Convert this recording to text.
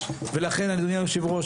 ולכן אדוני היושב-ראש,